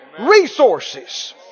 Resources